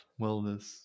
wellness